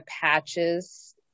patches